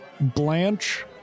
Blanche